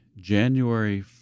January